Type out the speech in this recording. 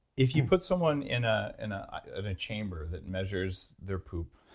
if you put someone in ah in a chamber that measures their poop,